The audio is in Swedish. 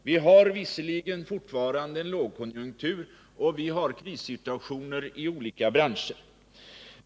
Vi har visserligen fortfarande lågkonjunktur och krissituationer i olika branscher.